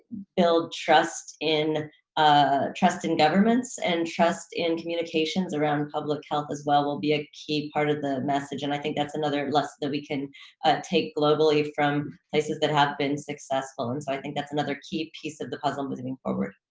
build trust in ah trust in governments and trust in communications around public health as well will be a key part of the message, and i think that's another lesson that we can take globally from places that have been successful, and so i think that's another key piece of the puzzle moving forward.